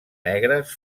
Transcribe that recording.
negres